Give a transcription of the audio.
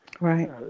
right